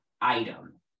item